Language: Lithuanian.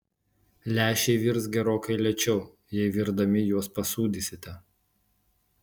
lęšiai virs gerokai lėčiau jei virdami juos pasūdysite